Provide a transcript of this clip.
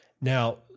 Now